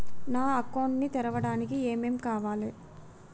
నా అకౌంట్ ని తెరవడానికి ఏం ఏం కావాలే?